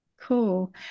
Cool